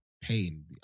Pain